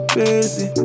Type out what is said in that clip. busy